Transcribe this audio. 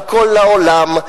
בכל העולם,